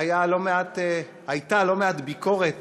הייתה לא מעט ביקורת